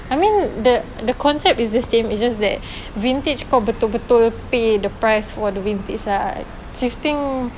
I mean the the concept is the same it's just that vintage kau betul-betul pay the price for the vintage ah thrifting